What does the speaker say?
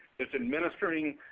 it's administering